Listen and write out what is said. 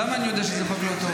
למה אני יודע שזה חוק לא טוב?